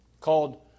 called